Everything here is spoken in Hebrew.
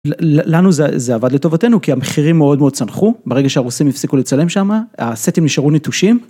לנו זה עבד לטובתנו כי המחירים מאוד מאוד צנחו ברגע שהרוסים הפסיקו לצלם שמה הסטים נשארו נטושים.